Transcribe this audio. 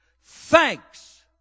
Thanks